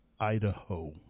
Idaho